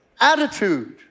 attitude